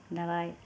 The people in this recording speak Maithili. दबाइ